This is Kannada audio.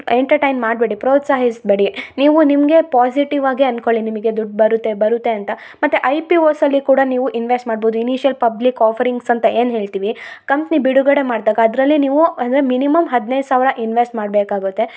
ಎಂಟರ್ಟೈನ್ ಮಾಡಬೇಡಿ ಪ್ರೋತ್ಸಾಹಿಸಬೇಡಿ ನೀವು ನಿಮಗೆ ಪಾಸಿಟಿವ್ ಆಗೆ ಅನ್ಕೊಳಿ ನಿಮಗೆ ದುಡ್ಡು ಬರುತ್ತೆ ಬರುತ್ತೆ ಅಂತ ಮತ್ತು ಐ ಪಿ ಓಸಲ್ಲಿ ಕೂಡ ನೀವು ಇನ್ವೆಸ್ಟ್ ಮಾಡ್ಬೋದು ಇನಿಶಿಯಲ್ ಪಬ್ಲಿಕ್ ಆಫರಿಂಗ್ಸ್ ಅಂತ ಏನು ಹೇಳ್ತೀವಿ ಕಂಪ್ನಿ ಬಿಡುಗಡೆ ಮಾಡ್ದಾಗ ಅದರಲ್ಲಿ ನೀವು ಅಂದರೆ ಮಿನಿಮಮ್ ಹದಿನೈದು ಸಾವಿರ ಇನ್ವೆಸ್ಟ್ ಮಾಡಬೇಕಾಗುತ್ತೆ